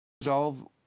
resolve